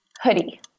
hoodie